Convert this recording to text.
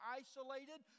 isolated